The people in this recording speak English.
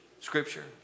scripture